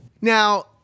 Now